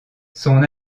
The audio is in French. son